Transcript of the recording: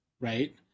right